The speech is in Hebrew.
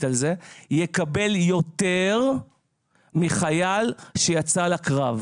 על כך יקבל יותר מחייל שיצא לקרב.